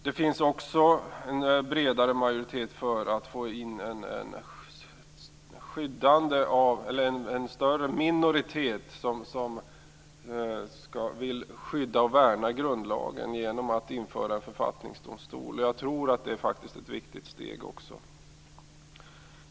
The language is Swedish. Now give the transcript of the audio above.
Det finns också en större minoritet som vill skydda och värna grundlagen genom att införa en författningsdomstol. Jag tror faktiskt att också det är ett viktigt steg.